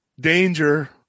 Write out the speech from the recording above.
danger